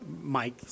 Mike